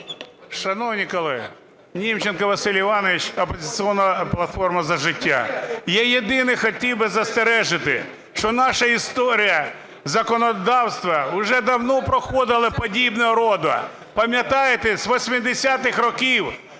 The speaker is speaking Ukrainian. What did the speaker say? Шановні колеги, Німченко Василь Іванович, "Опозиційна платформа – За життя". Я єдине хотів би застережити, що наша історія законодавства вже давно проходила подібного роду. Пам'ятаєте, з 80-х років,